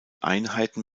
einheiten